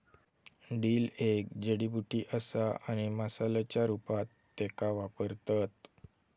dill एक जडीबुटी असा आणि मसाल्याच्या रूपात त्येका वापरतत